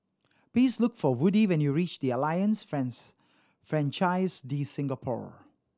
please look for Woody when you reach the Alliance France Francaise de Singapour